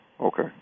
Okay